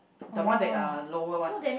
the one that uh lower one